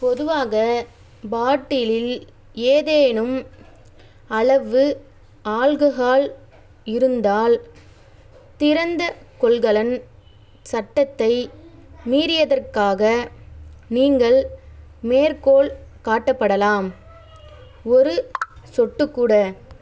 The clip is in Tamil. பொதுவாக பாட்டிலில் ஏதேனும் அளவு ஆல்கஹால் இருந்தால் திறந்த கொள்கலன் சட்டத்தை மீறியதற்காக நீங்கள் மேற்கோள் காட்டப்படலாம் ஒரு சொட்டு கூட